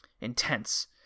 intense